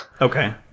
Okay